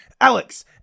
Alex